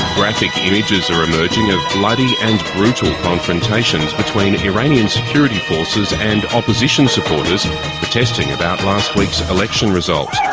graphic images are emerging as bloody and brutal confrontations between iranian security forces and opposition supporters protesting about last week's election results.